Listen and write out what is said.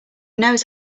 knows